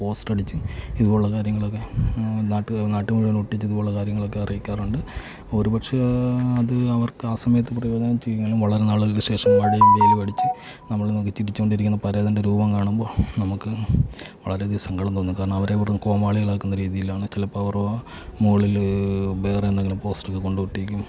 poster അടിച്ച് ഇതുപോലെയുള്ള കാര്യങ്ങളൊക്കെ നാട്ടിൽ നാട്ടിൽ മുഴുവൻ ഒട്ടിച്ച് ഇതുപോലെയുള്ള കാര്യങ്ങളൊക്കെ അറിയിക്കാറുണ്ട് ഒരുപക്ഷേ അത് അവർക്ക് ആ സമയത്ത് പ്രയോജനം ചെയ്യുമെങ്കിലും വളരെ നാളുകൾക്ക് ശേഷം അവിടെയും ഇവിടെയും അടിച്ച് നമ്മളെ നോക്കി ചിരിച്ചു കൊണ്ടിരിക്കുന്ന പരേതൻ്റെ രൂപം കാണുമ്പോൾ നമുക്ക് വളരെ അധികം സങ്കടം തോന്നും കാരണം അവരെ വെറും കോമാളികളാക്കുന്ന രീതിയിലാണ് ചിലപ്പോൾ അവരോ മോളിൽ വേറെ എന്തെങ്കിലും പോസ്റ്ററുകൾ കൊണ്ട് ഒട്ടിക്കും